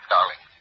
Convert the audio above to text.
Darling